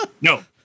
No